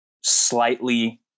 slightly